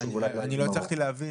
אני לא הצלחתי להבין.